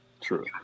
True